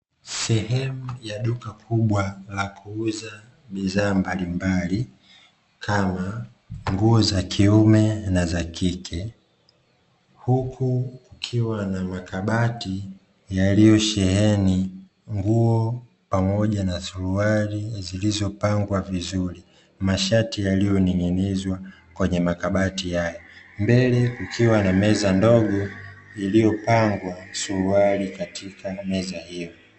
Sehemu ya duka kubwa la kuuza bidhaa mbalimbali, kama; nguo za kuime na za kike, huku kukiwa na makabati yaliyosheheni nguo pamoja na suruali zilizopangwa vizuri, mashati yaliyoning'inizwa kwenye makabati haya, mbele kukiwa na meza ndogo iliyopangwa suruali katika meza hiyo.